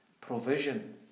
Provision